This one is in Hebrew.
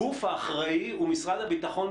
הגוף האחראי הוא משרד הביטחון,